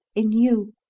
in you.